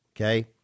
Okay